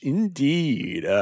Indeed